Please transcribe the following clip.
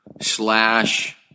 slash